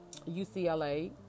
UCLA